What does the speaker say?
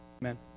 Amen